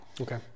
okay